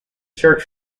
short